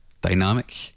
dynamic